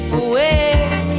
away